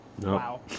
Wow